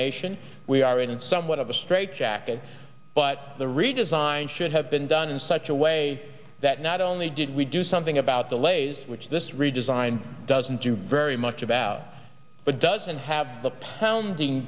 nation we are in somewhat of a straitjacket but the redesign should have been done in such a way that not only did we do something about the lays which this redesign doesn't do very much about but doesn't have the pounding